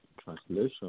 translation